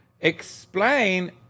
Explain